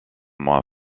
moins